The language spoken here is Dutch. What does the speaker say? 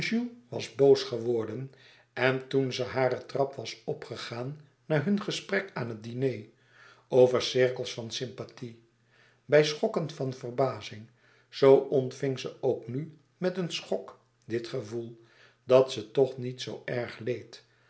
was boos geworden en toen ze hare trap was opgegaan na hun gesprek aan het diner over cirkels van sympathie bij schokken van verbazing zoo ontving ze ook nu met een schok dit gevoel dat ze toch niet zoo erg leed